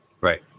right